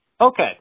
Okay